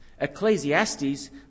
Ecclesiastes